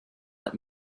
let